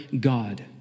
God